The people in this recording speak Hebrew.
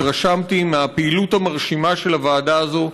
והתרשמתי מהפעילות המרשימה של הוועדה הזאת,